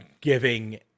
giving